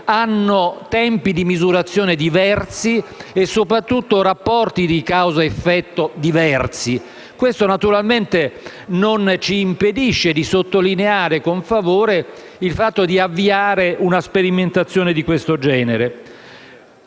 hanno tempi di misurazione diversi e, soprattutto, rapporti di causa-effetto diversi. Questo naturalmente non ci impedisce di sottolineare con favore il fatto di avviare una sperimentazione di questo genere.